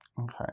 Okay